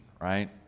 right